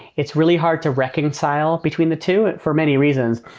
it's really hard to reconcile between the two for many reasons.